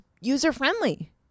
user-friendly